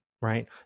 Right